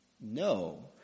No